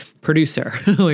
producer